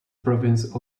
province